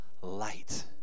light